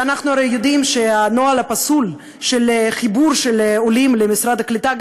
ואנחנו הרי יודעים שהנוהל הפסול של חיבור עולים למשרד הקליטה,